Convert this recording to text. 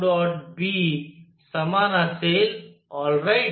B समान असेल all right